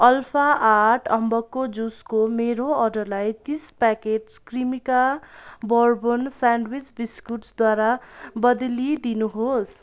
alpha आठ अम्बकको जुसको मेरो अर्डरलाई तिस packet Cremica bourbon sandwich biscuit द्वारा बद्लिदिनु होस्